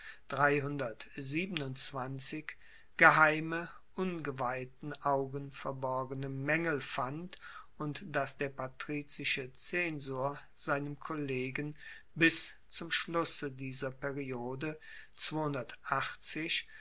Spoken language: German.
geheime ungeweihten augen verborgene maengel fand und dass der patrizische zensor seinem kollegen bis zum schlusse dieser periode